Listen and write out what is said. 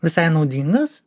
visai naudingas